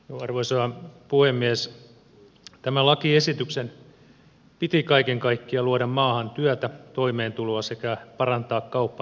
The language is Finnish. tämän lakiesityksen piti kaiken kaikkiaan luoda maahan työtä toimeentuloa sekä parantaa kauppatasettamme